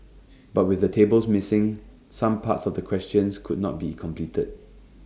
but with the tables missing some parts of the questions could not be completed